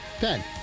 Ben